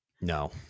No